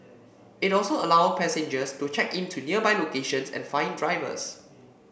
it also allow passengers to check in to nearby locations and find drivers